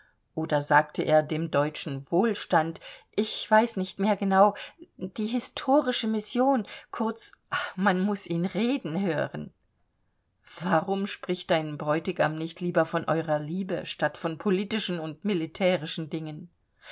oder sagte er dem deutschen wohlstand ich weiß nicht mehr genau die historische mission kurz man muß ihn reden hören warum spricht dein bräutigam nicht lieber von eurer liebe statt von politischen und militärischen dingen